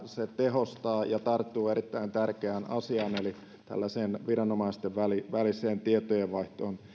se tarttuu erittäin tärkeään asiaan eli tehostaa viranomaisten välistä tietojenvaihtoa